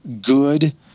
good